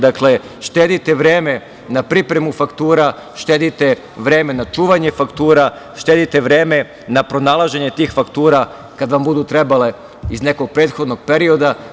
Dakle, štedite vreme na pripremu faktura, štedite vreme na čuvanje faktura, štedite vreme na pronalaženje tih faktura kada vam budu trebale iz nekog prethodnog perioda.